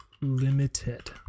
limited